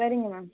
சரிங்க மேம்